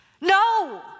No